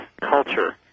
culture